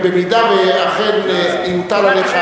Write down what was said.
ואם אכן יוטל עליך,